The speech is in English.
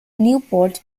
newport